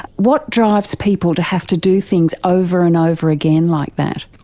what drives people to have to do things over and over again like that?